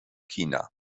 china